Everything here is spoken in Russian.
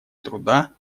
труда